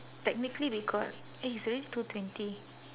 technically we got eh it's already two twenty